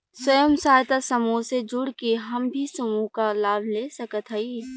स्वयं सहायता समूह से जुड़ के हम भी समूह क लाभ ले सकत हई?